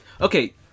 Okay